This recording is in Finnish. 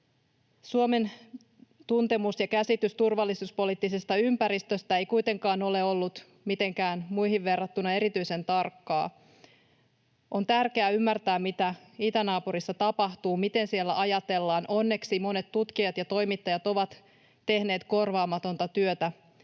Suomen tuntemus ja käsitys turvallisuuspoliittisesta ympäristöstä ei kuitenkaan ole ollut muihin verrattuna mitenkään erityisen tarkkaa. On tärkeää ymmärtää, mitä itänaapurissa tapahtuu, miten siellä ajatellaan. Onneksi monet tutkijat ja toimittajat ovat tehneet korvaamatonta työtä